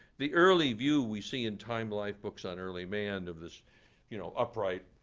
the early view we see in time-life books on early man of this you know upright,